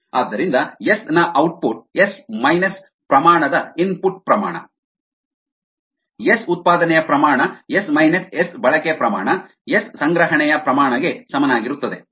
riS roSrgS rcSddt ಆದ್ದರಿಂದ S ನ output S minus ಪ್ರಮಾಣ ದ ಇನ್ಪುಟ್ ಪ್ರಮಾಣ ಎಸ್ ಉತ್ಪಾದನೆಯ ಪ್ರಮಾಣ ಎಸ್ ಮೈನಸ್ ಎಸ್ ಬಳಕೆ ಪ್ರಮಾಣ ಎಸ್ ಸಂಗ್ರಹಣೆಯ ಪ್ರಮಾಣ ಗೆ ಸಮನಾಗಿರುತ್ತದೆ